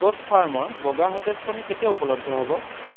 এগ'জ ফাৰ্মৰ বগা সতেজ কণী কেতিয়া উপলব্ধ হ'ব